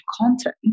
content